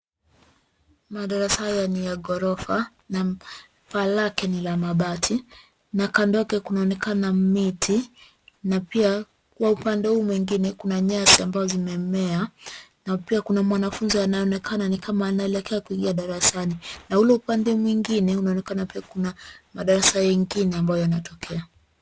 Madarasa haya ni ya ghorofa na paa lake ni la mabati na kando yake kunaonekana miti na pia kwa upande huu mwingine kuna nyasi ambazo zimemea na pia kuna mwanafunzi anaonekana ni kama anaelekea kuingia darasani na ule upande mwingine unaonekana pia kuna madarasa yengine ambayo yanatokea.